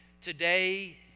today